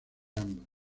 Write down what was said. ambas